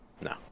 no